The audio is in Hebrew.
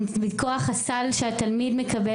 מכוח הסל שהתלמיד מקבל,